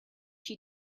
she